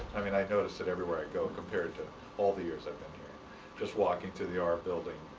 i mean, i notice that everywhere i go compared to all the years i've been just walking to the r building,